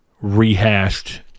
rehashed